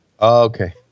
Okay